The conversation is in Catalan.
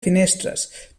finestres